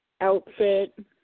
outfit